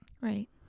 Right